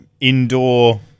indoor